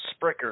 Spricker